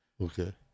Okay